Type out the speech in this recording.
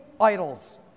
idols